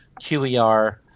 QER